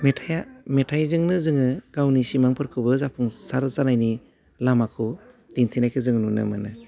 मेथाइआ मेथाइजोंनो जोङो गावनि सिमांफोरखौबो जाफुंसार जानायनि लामाखौ दिन्थिनायखौ जों नुनो मोनो